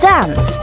Dance